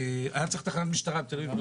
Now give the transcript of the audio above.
היה צורך בתחנת משטרה ולא